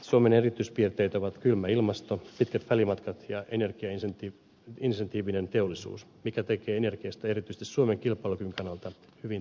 suomen erityispiirteet ovat kylmä ilmasto pitkät välimatkat ja sen jälkeen se otti ensin energiaintensiivinen teollisuus mikä tekee energiasta erityisesti suomen kilpailukyvyn kannalta hyvin tärkeän